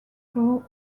through